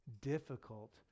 difficult